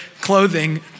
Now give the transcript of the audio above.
clothing